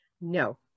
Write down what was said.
no